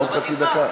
עוד חצי דקה?